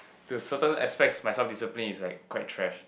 to certain aspects my self discipline is like quite trash